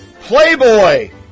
Playboy